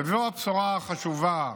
וזו הבשורה החשובה,